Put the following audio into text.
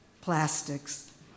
Plastics